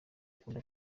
akunda